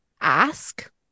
ask